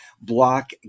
block